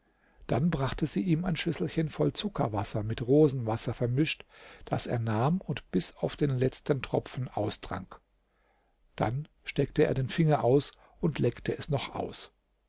dann brachte sie ihm ein schüsselchen voll zuckerwasser mit rosenwasser vermischt das er nahm und bis auf den letzten tropfen austrank dann steckte er den finger aus und leckte es noch aus